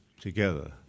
together